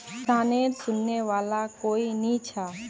किसानेर सुनने वाला कोई नी छ